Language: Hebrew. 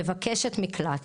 מבקשת מקלט,